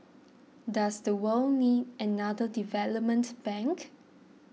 does the world need another development bank